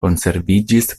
konserviĝis